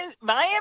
Miami